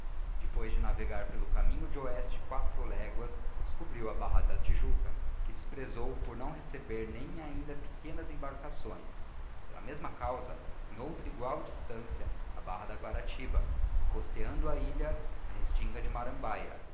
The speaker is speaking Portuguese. depois de navegar pelo caminho de oeste quatro léguas descobriu a barra da tijuca que despresou por não receber nem ainda pequenas emdigiti zedby google t arcações pela mesma causa em outra egual distancia a barra de guaratiba e costeando a ilha a restinga de marambaia